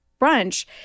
brunch